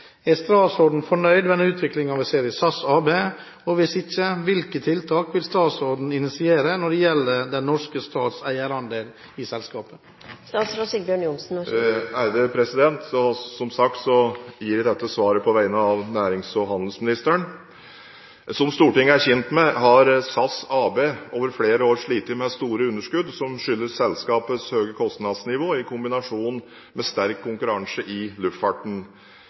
Er statsråden fornøyd med den utvikling vi ser i SAS AB, og hvis ikke – hvilke tiltak vil statsråden initiere når det gjelder den norske stats eierandel i selskapet?» Som sagt gir jeg dette svaret på vegne av nærings- og handelsministeren. Som Stortinget er kjent med, har SAS AB over flere år slitt med store underskudd som skyldes selskapets høye kostnadsnivå i kombinasjon med sterk konkurranse i luftfarten.